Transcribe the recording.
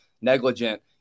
negligent